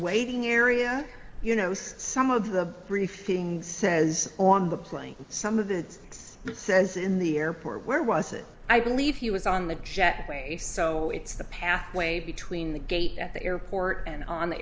waiting area you know some of the briefing says on the plane some of the it says in the airport where was it i believe he was on the jetway so it's the pathway between the gate at the airport and on the